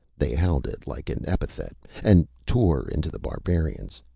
they howled it like an epithet, and tore into the barbarians.